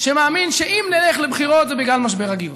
שמאמין שאם נלך לבחירות זה יהיה בגלל משבר הגיוס.